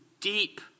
Deep